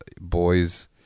boys